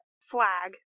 Flag